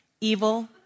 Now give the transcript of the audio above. evil